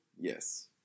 Yes